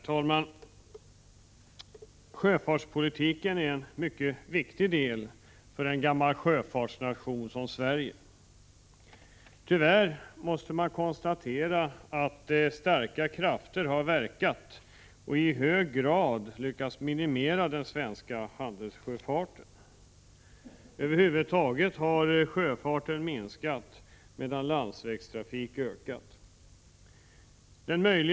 Herr talman! Sjöfartspolitiken är mycket viktig för en gammal sjöfartsnation som Sverige. Tyvärr måste man konstatera att starka krafter har verkat och i hög grad lyckats minimera den svenska handelssjöfarten. Över huvud taget har sjöfarten minskat medan landsvägstrafiken har ökat.